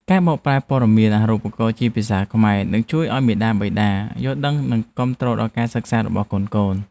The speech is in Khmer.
ការបកប្រែព័ត៌មានអាហារូបករណ៍ជាភាសាខ្មែរនឹងជួយឱ្យមាតាបិតាយល់ដឹងនិងគាំទ្រដល់ការសិក្សារបស់កូនៗ។